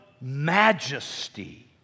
majesty